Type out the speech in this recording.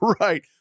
Right